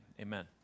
amen